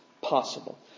possible